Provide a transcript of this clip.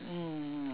mm